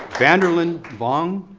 vanderlin vong?